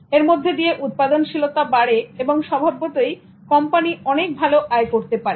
এর মধ্যে দিয়ে উৎপাদনশীলতা বাড়ে এবং স্বভাবতঃই কোম্পানি অনেক ভাল আয় করতে পারে